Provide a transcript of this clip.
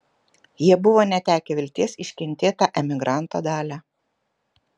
jie buvo netekę vilties iškentėt tą emigranto dalią